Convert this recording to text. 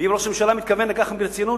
ואם ראש הממשלה מתכוון לכך ברצינות,